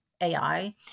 AI